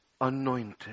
anointed